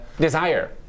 desire